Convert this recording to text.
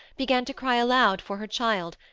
began to cry aloud for her child,